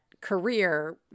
career